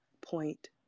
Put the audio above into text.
point